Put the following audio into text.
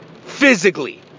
physically